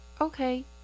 Okay